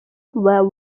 were